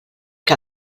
que